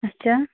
اَچھا